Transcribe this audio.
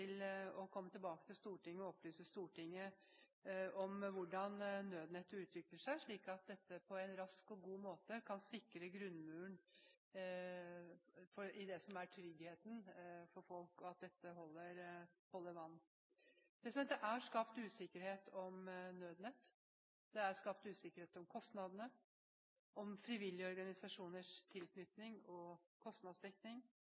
å komme tilbake til Stortinget og opplyse om hvordan nødnettet utvikler seg, slik at dette på en rask og god måte kan sikre grunnmuren i det som er tryggheten for folk, og at dette holder vann. Det er skapt usikkerhet om Nødnett. Det er skapt usikkerhet om kostnadene, om frivillige organisasjoners